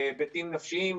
היבטים נפשיים,